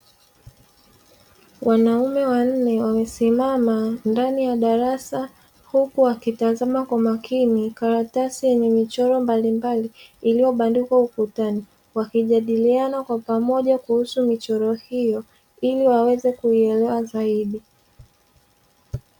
Wanaume wanne wamesimama ndani ya darasa, huku wakitazama kwa makini karatasi yenye michoro mbalimbali iliyobandikwa ukutani, wakijadiliana kwa pamoja kuhusu michoro hiyo ili waweze kuielewa zaidi.